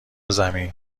زمین